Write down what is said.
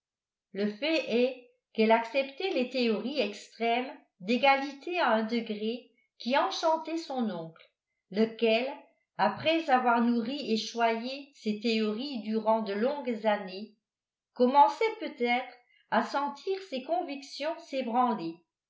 le fait est qu'elle acceptait les théories extrêmes d'égalité à un degré qui enchantait son oncle lequel après avoir nourri et choyé ces théories durant de longues années commençait peut-être à sentir ses convictions